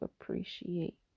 appreciate